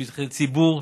שטחי ציבור,